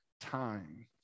time